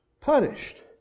punished